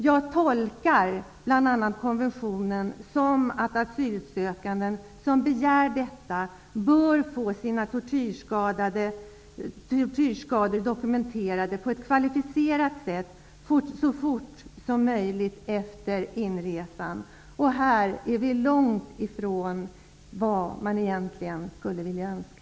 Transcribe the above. Jag tolkar bl.a. konventionen så att de asylsökande som begär det bör få sina tortyrskador dokumenterade på ett kvalificerat sätt så fort som möjligt efter inresan. Här har Sverige långt kvar till vad man skulle vilja önska.